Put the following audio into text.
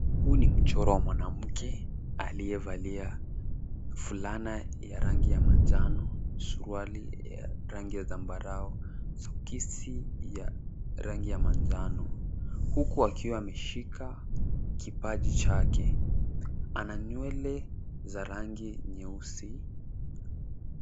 Huu ni mchoro wa mwanamke aliyevalia fulana ya rangi ya manjano, suruali ya rangi ya zambarau, sokisi ya rangi ya manjano, huku akiwa ameshika kipaji chake. Ana nywele za rangi nyeusi.